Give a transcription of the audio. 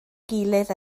gilydd